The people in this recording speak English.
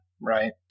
right